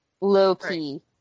Low-key